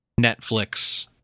Netflix